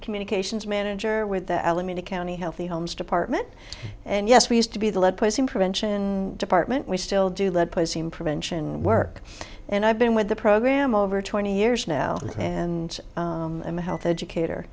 communications manager with the alameda county healthy homes department and yes we used to be the lead person prevention department we still do lead pushing prevention work and i've been with the program over twenty years now and i'm a health educator